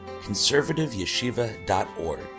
conservativeyeshiva.org